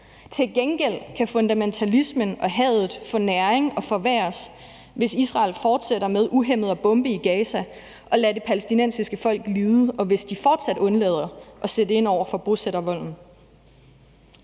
Til gengæld kan fundamentalismen og hadet få næring og forværres, hvis Israel fortsætter med uhæmmet at bombe i Gaza og lader det palæstinensiske folk lide, og hvis de fortsat undlader at sætte ind over for bosættervolden.